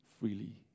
freely